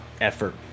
effort